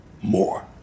More